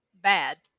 bad